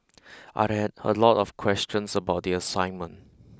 I had a lot of questions about the assignment